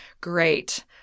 great